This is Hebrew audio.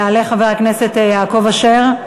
יעלה חבר הכנסת יעקב אשר.